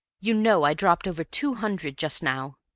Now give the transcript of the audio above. you know i dropped over two hundred just now?